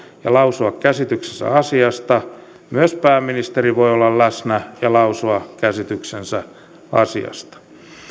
ja lausua käsityksensä asiasta myös pääministeri voi olla läsnä ja lausua käsityksensä asiasta